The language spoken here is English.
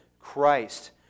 Christ